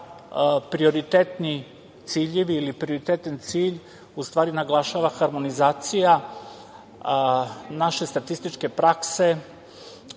prioritetni ciljevi ili prioritetan cilj, u stvari naglašava harmonizacija naše statističke prakse,